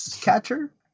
catcher